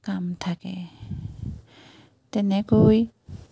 কাম থাকে তেনেকৈ